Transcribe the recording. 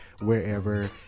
wherever